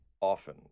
often